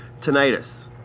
tinnitus